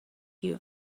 you